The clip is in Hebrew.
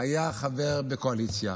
היה חבר בקואליציה